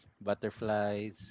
Butterflies